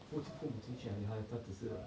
父亲父母亲选好他的他只是 err